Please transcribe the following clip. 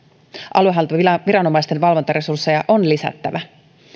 aluehallintoviranomaisten valvontaresursseja on lisättävä